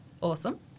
Awesome